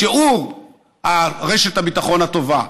שהוא רשת הביטחון הטובה,